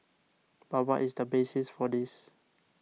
but what is the basis for this